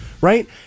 right